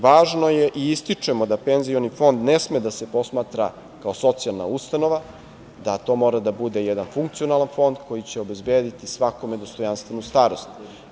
Važno je i ističemo da penzijski fond ne sme da se posmatra kao socijalna ustanova, da to mora da bude jedan funkcionalan fond koji će obezbediti svakome dostojanstvenu starost.